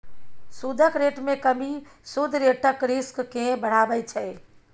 सुदक रेट मे कमी सुद रेटक रिस्क केँ बढ़ाबै छै